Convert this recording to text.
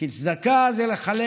כי צדקה זה לחלק,